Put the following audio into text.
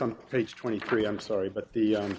on page twenty three i'm sorry but the